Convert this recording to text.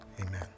Amen